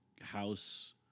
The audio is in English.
house